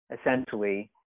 essentially